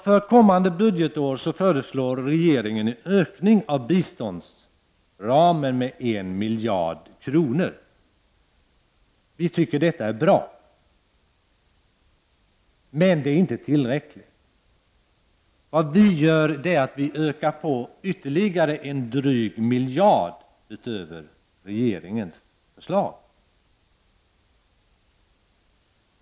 För kommande budgetår föreslår regeringen en ökning av biståndsramen med 1 miljard kronor. Vi tycker att detta är bra, men inte tillräckligt. Vi ökar på ytterligare en dryg miljard över regeringens förslag.